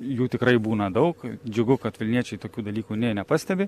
jų tikrai būna daug džiugu kad vilniečiai tokių dalykų nė nepastebi